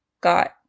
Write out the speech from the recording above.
got